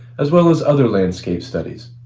as well as other landscape studies.